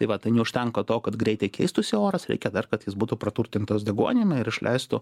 tai va tai neužtenka to kad greitai keistųsi oras reikia dar kad jis būtų praturtintas deguonimi ir išleistų